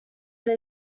they